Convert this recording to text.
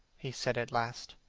he said at last,